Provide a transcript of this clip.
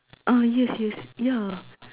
ah yes yes ya